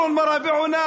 עם מוסר,